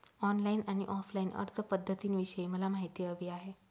online आणि offline अर्जपध्दतींविषयी मला माहिती हवी आहे